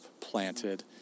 planted